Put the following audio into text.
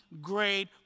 great